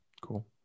Cool